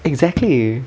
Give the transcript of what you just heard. exactly